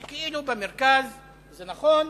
שכאילו במרכז וזה נכון,